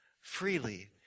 freely